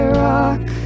rock